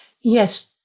yes